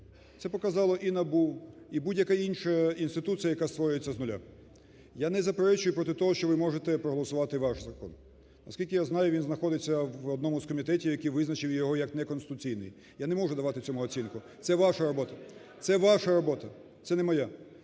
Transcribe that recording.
це показало і НАБУ, і будь-яка інша інституція, яка створюється з нуля. Я не заперечую проти того, що ви можете проголосувати ваш закон. Наскільки я знаю, він знаходиться в одному з комітетів, який визначив його як не конституційний, я не можу давати цьому оцінку, це ваша робота, це ваша робота, це не моя.